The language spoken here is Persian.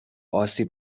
آسیب